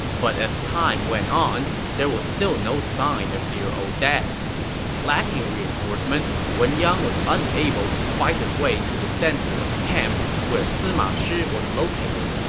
but as time went on, there was still no sign of dear ol' dad lacking reinforcements, wen yang was unable to fight his way into the center of the camp, where sima shi was located.